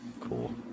Cool